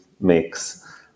mix